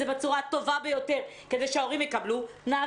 זה בצורה הטובה ביותר כדי שההורים יקבלו את הכסף בחזרה,